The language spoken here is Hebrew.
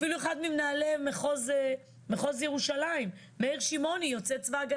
אפילו אחד ממנהלי מחוז ירושלים מאיר שמעוני הוא יוצא צה"ל,